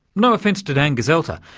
no offence to dan gezelter,